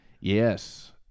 Yes